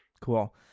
cool